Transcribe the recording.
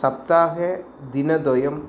सप्ताहे दिनद्वयम्